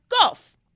Golf